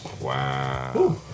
Wow